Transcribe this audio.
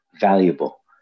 valuable